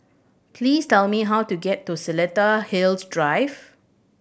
please tell me how to get to Seletar Hills Drive